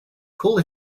call